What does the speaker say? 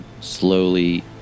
slowly